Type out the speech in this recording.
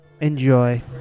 Enjoy